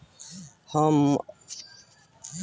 हम अपन आर.डी पर अपन परिपक्वता निर्देश जानेके चाहतानी